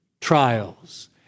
trials